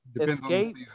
Escape